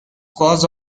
cause